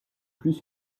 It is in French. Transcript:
plus